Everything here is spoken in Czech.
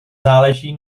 záleží